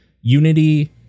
Unity